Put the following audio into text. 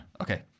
Okay